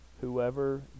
Whoever